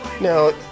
No